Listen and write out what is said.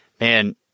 man